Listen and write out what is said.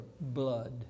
blood